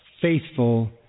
faithful